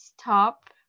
stop